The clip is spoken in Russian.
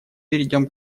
перейдем